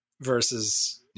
versus